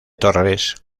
torres